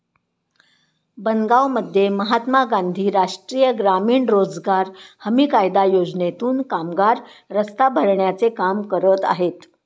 बनगावमध्ये महात्मा गांधी राष्ट्रीय ग्रामीण रोजगार हमी कायदा योजनेतून कामगार रस्ता भरण्याचे काम करत आहेत